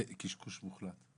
זה קשקוש מוחלט.